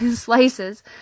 slices